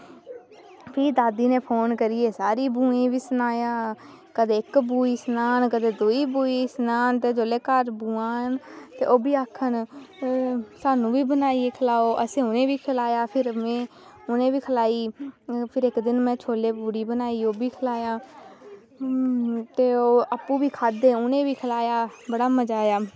फिर दादी नै फोन करियै सारी बूजियें गी बी सनाया कदें इक्क बूजी गी सनान कदें दूई बूजी गी सनान ते जेल्लै घर बूआ आह्ङन ते ओह्बी आक्खन कि स्हानू बी बनाइयै खलाओ ते उनेंगी बी में बनाइयै खलाया उनेंगी बी खलाई फिर इक्क दिन में छोले पूड़ी बनाया ते ओह् आपूं बी खाद्धे ते उनेंगी बी खलाया ते बड़ा मज़ा आया